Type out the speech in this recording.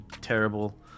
terrible